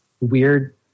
weird